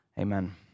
Amen